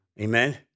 Amen